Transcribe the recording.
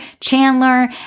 Chandler